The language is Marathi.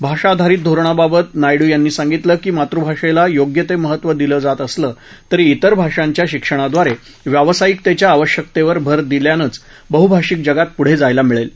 भाषाधारित धोरणाबाबत नायडू यांनी सांगितलं की मातुभाषेला योग्य महत्व दिलं जात असलं तरी तिर भाषांच्या शिक्षणाद्वारे व्यावसायिकतेच्या आवश्यकतेवर भर दिल्यानंच बहुभाषिक जगात पुढे जायला मिळेल